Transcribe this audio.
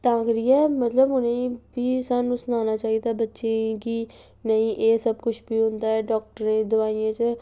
तां करियै मतलब उ'नें गी भी सानूं सनाना चाहिदा बच्चें गी कि नेईं एह् सब कुछ बी होंदा ऐ डाक्टरें दी दोआइयें च